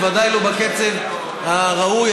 בוודאי לא בקצב הראוי.